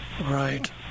Right